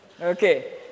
Okay